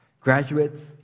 Graduates